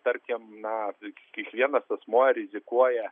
tarkim na kiekvienas asmuo rizikuoja